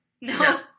no